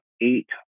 eight